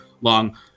long